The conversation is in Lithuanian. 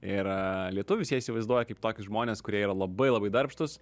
ir lietuvius jie įsivaizduoja kaip tokius žmones kurie yra labai labai darbštūs